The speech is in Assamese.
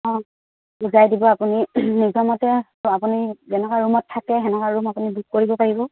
অঁ বুজাই দিব আপুনি নিজৰমতে আপুনি যেনেকুৱা ৰূমত থাকে সেনেকুৱা ৰূম আপুনি বুক কৰিব পাৰিব